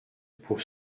pour